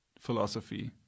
philosophy